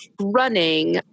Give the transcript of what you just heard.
running